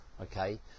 Okay